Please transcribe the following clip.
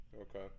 Okay